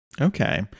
Okay